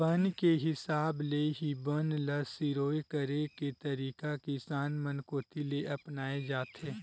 बन के हिसाब ले ही बन ल सिरोय करे के तरीका किसान मन कोती ले अपनाए जाथे